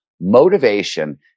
Motivation